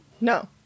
No